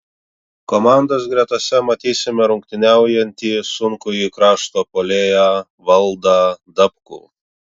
komandos gretose matysime rungtyniaujantį sunkųjį krašto puolėją valdą dabkų